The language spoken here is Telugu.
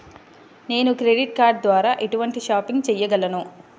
నేను క్రెడిట్ కార్డ్ ద్వార ఎటువంటి షాపింగ్ చెయ్యగలను?